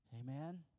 Amen